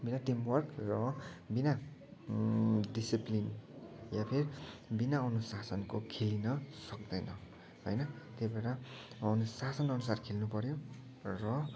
बिना team work र बिना डिसिप्लिन या फिर बिना अनुशासनको खेल्न सक्दैन होइन त्यही भएर अनुशासन अनुसार खेल्न पऱ्यो र